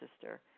sister